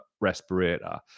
respirator